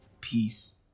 peace